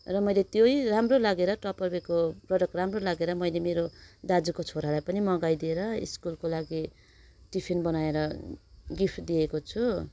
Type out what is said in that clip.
र मैले त्यही राम्रो लागेर टप्परवेयरको प्रडक्ट राम्रो लागेर मैले मेरो दाजुको छोरालाई पनि मगाइदिएर स्कुलको लागि टिफिन बनाएर गिफ्ट दिएको छु